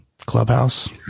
Clubhouse